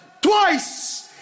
Twice